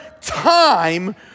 time